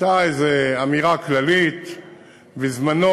הייתה איזו אמירה כללית בזמנה,